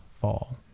fall